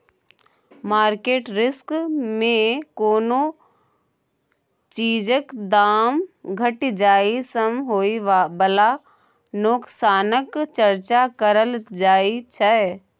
market risk मे कोनो चीजक दाम घटि जाइ सँ होइ बला नोकसानक चर्चा करल जाइ छै